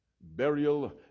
burial